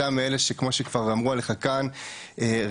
אתה מאלה שכמו שכבר אמרו עליך כאן רציני,